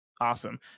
Awesome